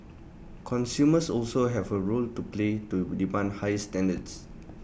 consumers also have A role to play to demand higher standards